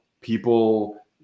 people